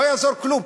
לא יעזור כלום.